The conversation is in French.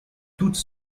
toutes